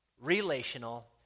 relational